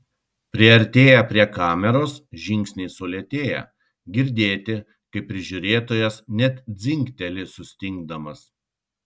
priartėję prie kameros žingsniai sulėtėja girdėti kaip prižiūrėtojas net dzingteli sustingdamas